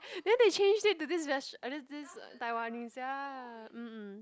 then they changed it to this res~ I mean this Taiwanese ya mm mm